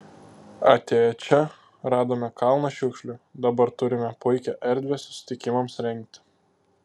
atėję čia radome kalną šiukšlių dabar turime puikią erdvę susitikimams rengti